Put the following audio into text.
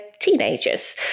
teenagers